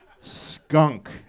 skunk